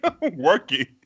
working